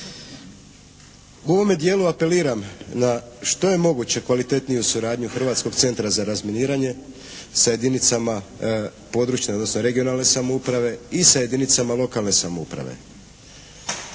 U ovome dijelu apeliram na što je moguće kvalitetniju suradnju Hrvatskog centra za razminiranje sa jedinicama područne odnosno regionalne samouprave i sa jedinicama lokalne samouprave.